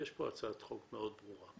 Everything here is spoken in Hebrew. יש פה הצעת חוק מאוד ברורה.